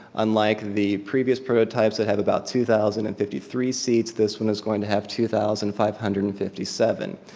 unlike the previous prototypes that have about two thousand and fifty three seats, this one is going to have two thousand five hundred and fifty seven.